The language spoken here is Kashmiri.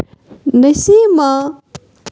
نسیمہ